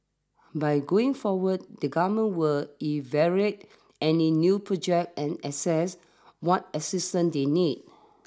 but going forward the Government were evaluate any new projects and assess what assistance they need